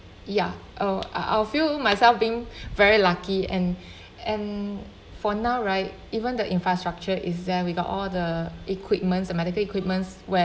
ya[oh] I'll feel myself being very lucky and and for now right even the infrastructure is there we got all the equipments the medical equipments where